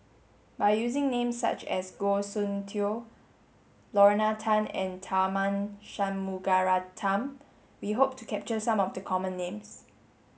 by using names such as Goh Soon Tioe Lorna Tan and Tharman Shanmugaratnam we hope to capture some of the common names